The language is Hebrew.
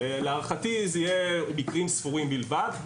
להערכתי אלה יהיו מקרים ספורים בלבד.